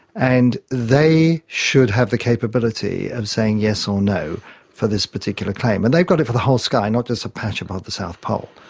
and they should have the capability of saying yes or no for this particular claim. and they've got it for the whole sky, not just a patch above the south pole.